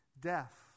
death